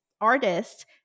artists